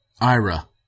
Ira